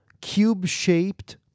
cube-shaped